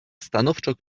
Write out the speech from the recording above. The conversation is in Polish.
stanowczo